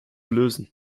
lösen